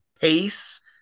pace